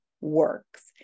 works